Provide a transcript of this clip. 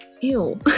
ew